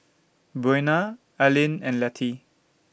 Buena Arleen and Letty